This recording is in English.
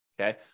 Okay